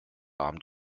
abend